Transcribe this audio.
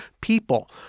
people